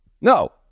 No